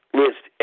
list